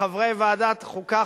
לחברי ועדת חוקה,